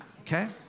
Okay